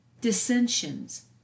dissensions